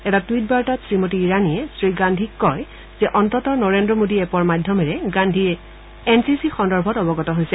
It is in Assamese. এটা টুইট বাৰ্তাত শ্ৰীমতী ইৰাণীয়ে শ্ৰীগান্ধীক কয় যে অন্ততঃ নৰেদ্ৰ মোডী এপ্ৰ মাধ্যমেৰে গান্ধীয়ে এন চি চি সন্দৰ্ভত অৱগত কৰে